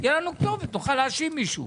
תהיה לו כתובת, נוכל להאשים מישהו.